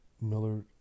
Miller